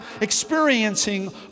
experiencing